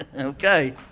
Okay